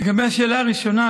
לגבי השאלה הראשונה,